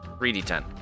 3d10